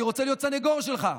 אני רוצה להיות סנגור שלך.